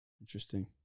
Interesting